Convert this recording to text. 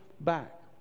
back